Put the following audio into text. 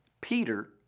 Peter